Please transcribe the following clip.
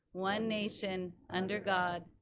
one nation under god,